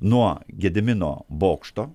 nuo gedimino bokšto